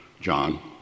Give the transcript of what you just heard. John